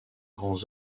grands